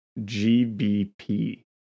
GBP